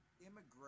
immigration